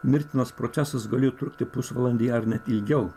mirtinas procesas gali trukti pusvalandį ar net ilgiau